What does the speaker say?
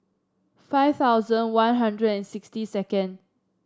five thousand One Hundred and sixty second